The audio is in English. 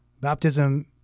Baptism